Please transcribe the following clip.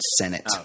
senate